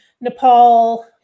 Nepal